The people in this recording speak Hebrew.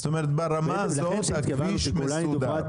זאת אומרת, ברמה הזו הכביש מסודר.